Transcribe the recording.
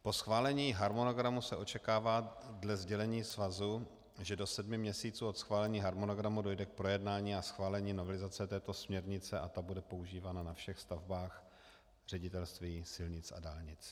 Po schválení harmonogramu se očekává dle sdělení svazu, že do sedmi měsíců od schválení harmonogramu dojde k projednání a schválení novelizace této směrnice a ta bude používána na všech stavbách Ředitelství silnic a dálnic.